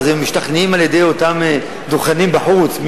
ואז הם משתכנעים על-ידי אותם דוכנים בחוץ,